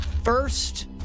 First